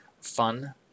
Fun